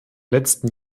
letzten